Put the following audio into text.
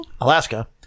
Alaska